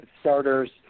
starters